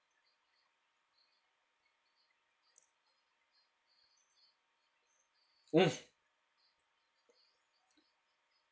mm